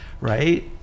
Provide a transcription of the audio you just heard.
right